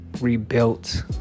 rebuilt